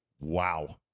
Wow